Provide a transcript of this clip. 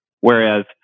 Whereas